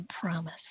promise